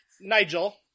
Nigel